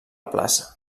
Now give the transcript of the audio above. plaça